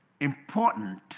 important